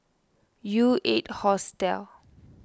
U eight Hostel